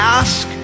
ask